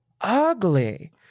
ugly